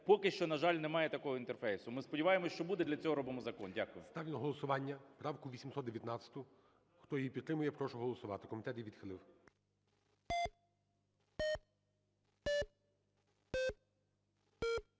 поки що, на жаль, немає такого інтерфейсу. Ми сподіваємося, що буде, для цього робимо закон. Дякую. ГОЛОВУЮЧИЙ. Ставлю на голосування правку 819. Хто її підтримує, прошу голосувати. Комітет її відхилив.